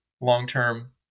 long-term